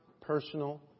personal